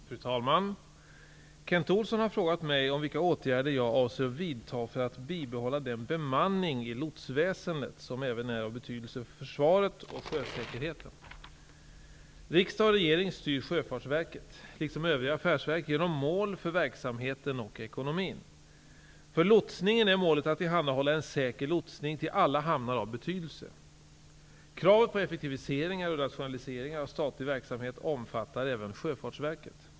Fru talman! Kent Olsson har frågat mig vilka åtgärder jag avser vidta för att bibehålla den bemanning i lotsväsendet som även är av betydelse för försvaret och sjösäkerheten. Riksdag och regering styr Sjöfartsverket, liksom övriga affärsverk, genom mål för verksamheten och ekonomin. För lotsningen är målet att tillhandahålla en säker lotsning till alla hamnar av betydelse. Kravet på effektiviseringar och rationaliseringar av statlig verksamhet omfattar även Sjöfartsverket.